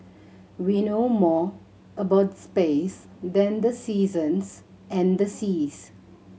we know more about space than the seasons and the seas